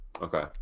Okay